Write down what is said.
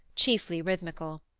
chiefly rhythmical.